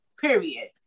Period